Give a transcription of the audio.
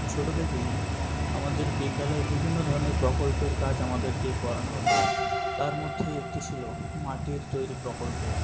ছোট থেকেই আমাদের বিদ্যালয় বিভিন্ন ধরণের প্রকল্পের কাজ আমাদেরকে করানো হত তার মধ্যে একটি ছিল মাটির তৈরি প্রকল্প